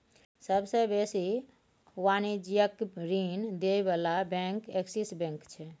सबसे बेसी वाणिज्यिक ऋण दिअ बला बैंक एक्सिस बैंक छै